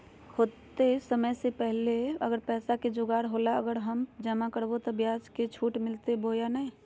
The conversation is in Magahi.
होतय समय से पहले अगर पैसा के जोगाड़ होला पर, अगर हम जमा करबय तो, ब्याज मे छुट मिलते बोया नय?